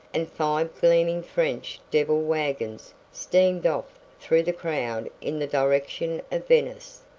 and five gleaming french devil-wagons steamed off through the crowd in the direction of venice.